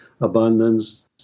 abundance